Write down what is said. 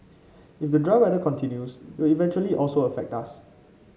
if the dry weather continues it will eventually also affect us